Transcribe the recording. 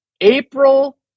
April